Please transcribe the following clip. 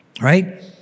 right